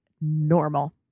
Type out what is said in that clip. normal